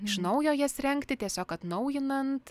iš naujo jas rengti tiesiog atnaujinant